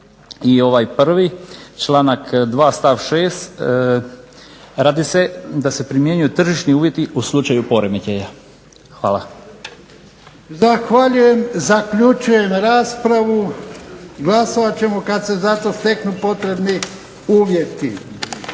I ovaj prvi članak 2. stav 6. – radi se da se primjenjuju tržišni uvjeti u slučaju poremećaja. Hvala. **Jarnjak, Ivan (HDZ)** Zahvaljujem. Zaključujem raspravu, glasovat ćemo kad se za to steknu potrebni uvjeti.